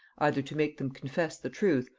either to make them confess the truth,